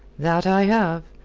that i have.